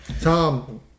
Tom